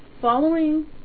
following